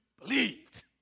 believed